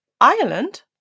Ireland